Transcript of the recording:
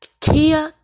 Kia